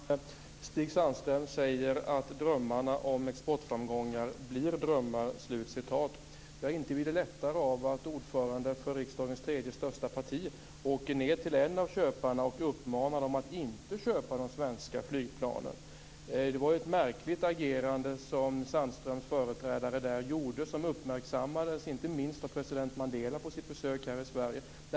Fru talman! Stig Sandström säger att drömmarna om exportframgångar förblir drömmar. Ja, inte blir det lättare av att ordföranden för riksdagens tredje största parti åker till en av köparna och uppmanar denne att inte köpa de svenska flygplanen. Det var ett märkligt agerande som Sandströms företrädare gjorde. Det uppmärksammades inte minst av president Mandela på hans besök här i Sverige.